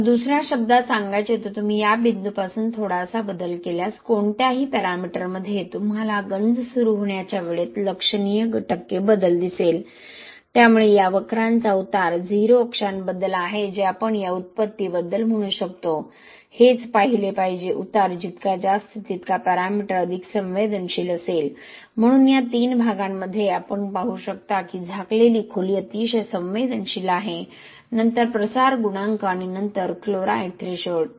तर दुसऱ्या शब्दांत सांगायचे तर तुम्ही या बिंदूपासून थोडासा बदल केल्यास कोणत्याही पॅरामीटरमध्ये तुम्हाला गंज सुरू होण्याच्या वेळेत लक्षणीय टक्के बदल दिसेल त्यामुळे या वक्रांचा उतार 0 अक्षांबद्दल आहे जे आपण या उत्पत्तीबद्दल म्हणू शकतो हेच पाहिले पाहिजे उतार जितका जास्त तितका पॅरामीटर अधिक संवेदनशील असेल म्हणून या तीन प्रकरणांमध्ये आपण पाहू शकता की झाकलेली खोली अतिशय संवेदनशील आहे नंतर प्रसार गुणांक आणि नंतर क्लोराईड थ्रेशोल्ड